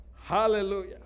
Hallelujah